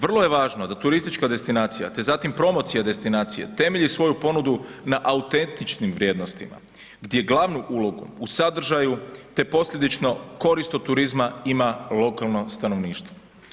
Vrlo je važno da turistička destinacija te zatim promocija destinacije temelji svoju ponudu na autentičnim vrijednostima gdje glavnu ulogu u sadržaju te posljedično korist od turizma ima lokalno stanovništvo.